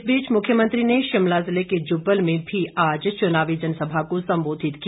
इस बीच मुख्यमंत्री ने शिमला जिले के जुब्बल में भी आज च्नावी जनसभा को संबोधित किया